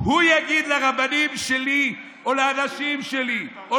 הוא יגיד לרבנים שלי או לאנשים שלי או